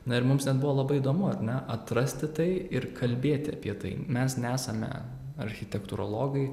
na ir mums ten buvo labai įdomuar ne atrasti tai ir kalbėti apie tai mes nesame architektūrologai